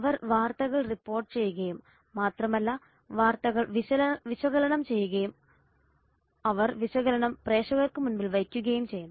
അവർ വാർത്തകൾ റിപ്പോർട്ട് ചെയ്യുക മാത്രമല്ല വാർത്തകൾ വിശകലനം ചെയ്യുകയും അവർ വിശകലനം പ്രേക്ഷകർക്ക് മുന്നിൽ വയ്ക്കുകയും ചെയ്യുന്നു